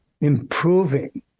improving